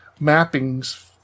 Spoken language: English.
mappings